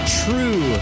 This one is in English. true